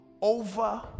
over